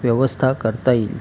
व्यवस्था करता येईल